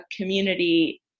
community